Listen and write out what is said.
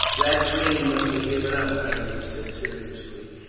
that dream must be given up, berenice said seriously,